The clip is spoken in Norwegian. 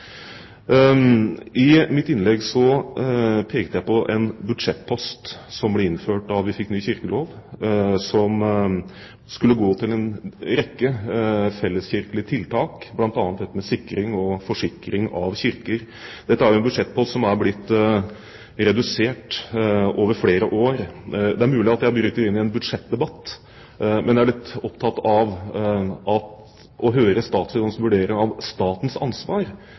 I mitt innlegg pekte jeg på en budsjettpost som ble innført da vi fikk ny kirkelov, og som skulle gå til en rekke felleskirkelige tiltak, bl.a. til dette med sikring og forsikring av kirker. Dette er en budsjettpost som er blitt redusert over flere år. Det er mulig jeg bryter inn i en budsjettdebatt, men jeg er litt opptatt av å høre statsrådens vurdering av statens ansvar